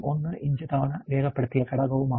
0001 inch തവണ രേഖപ്പെടുത്തിയ ഘടകവുമാണ്